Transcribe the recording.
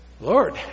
Lord